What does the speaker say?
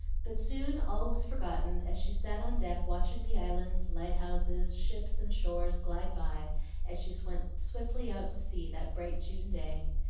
but soon all was forgotten as she sat on deck watching the islands, lighthouses, ships, and shores glide by as she went swiftly out to sea that bright june day.